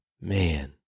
man